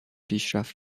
پیشرفت